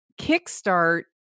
kickstart